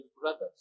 brothers